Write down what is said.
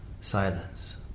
silence